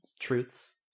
truths